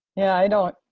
yeah, i don't